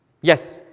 Yes